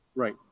Right